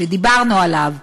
שדיברנו עליו,